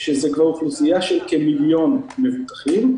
שזה כבר אוכלוסייה של כמיליון מבוטחים.